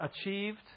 achieved